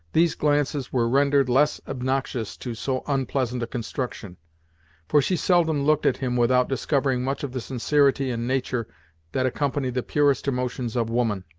these glances were rendered less obnoxious to so unpleasant a construction for she seldom looked at him without discovering much of the sincerity and nature that accompany the purest emotions of woman.